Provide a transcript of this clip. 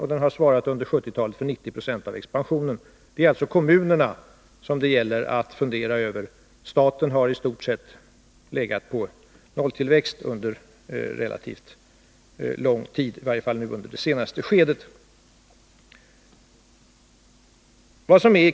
Under 1970-talet har den svarat för 90 90 av expansionen. Det är alltså kommunerna som det gäller att fundera över. Staten har under relativt lång tidi stort sett legat på nolltillväxt, i varje fall under den senaste tiden.